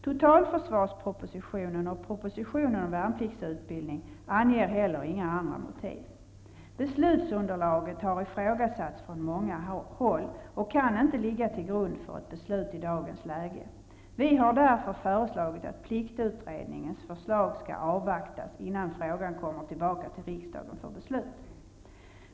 Totalförsvarspropositionen och propositionen om värnpliktsutbildning anger heller inga andra motiv. Beslutsunderlaget har ifrågasatts från många håll och kan inte ligga till grund för ett beslut i dagens läge. Vi har därför föreslagit att pliktutredningens förslag skall avvaktas innan frågan kommer tillbaka till riksdagen för beslut.